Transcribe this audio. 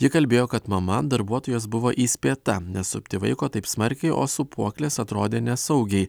ji kalbėjo kad mama darbuotojos buvo įspėta nesupti vaiko taip smarkiai o sūpuoklės atrodė nesaugiai